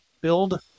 build